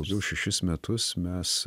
jau šešis metus mes